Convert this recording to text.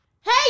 Hey